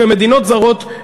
ומדינות זרות,